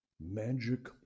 magic